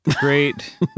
Great